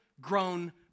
grown